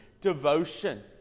devotion